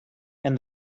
and